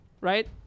right